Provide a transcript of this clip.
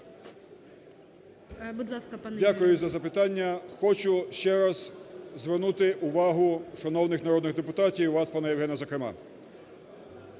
Дякую за запитання. Хочу ще раз звернути увагу шановних народних депутатів і вас, пане Євгене, зокрема.